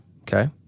Okay